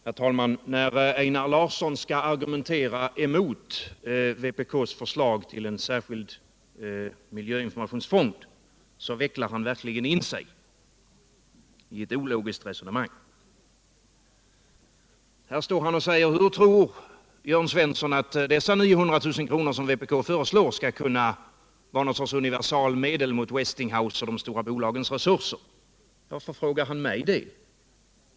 Herr talman! När Einar Larsson skall argumentera mot vpk:s förslag till en särskild miljöinformationsfond vecklar han verkligen in sig i ett ologiskt resonemang. Han står här och säger: Hur tror Jörn Svensson att dessa 900 000 kr. som vpk föreslår skall kunna vara någon sorts universalmedel mot Westinghouse och de stora bolagens resurser? Varför frågar han mig det?